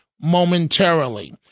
momentarily